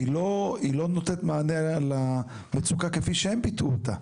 היא לא נותנת מענה למצוקה, כפי שהם ביטאו אותה,